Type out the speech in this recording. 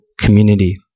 community